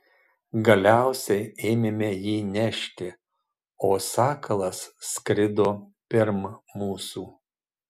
galiausiai ėmėme jį nešti o sakalas skrido pirm mūsų